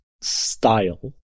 style